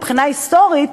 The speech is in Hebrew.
מבחינה היסטורית,